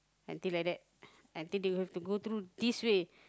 until like that until they have to go through this way